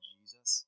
Jesus